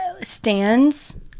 Stands